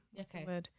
Okay